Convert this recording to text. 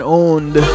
owned